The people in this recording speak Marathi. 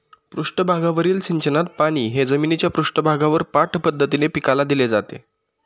पृष्ठभागावरील सिंचनात पाणी हे जमिनीच्या पृष्ठभागावर पाठ पद्धतीने पिकाला दिले जाते